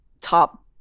top